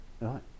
Right